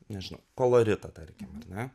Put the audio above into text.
nežinau koloritą tarkim ar ne